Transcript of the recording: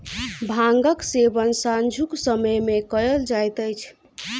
भांगक सेवन सांझुक समय मे कयल जाइत अछि